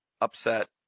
upset